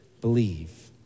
Believe